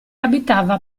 abitava